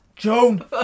Joan